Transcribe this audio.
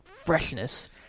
freshness